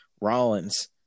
Rollins